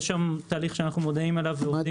יש תהליך שאנחנו מודעים אליו ועובדים על זה.